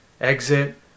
exit